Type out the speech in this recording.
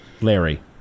Larry